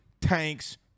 Tanks